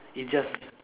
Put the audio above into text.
it's just